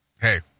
hey